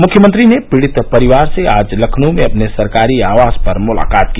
मुख्यमंत्री ने पीडित परिवार से आज लखनऊ में अपने सरकारी आवास पर मुलाकात की